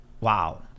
Wow